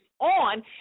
on